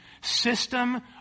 system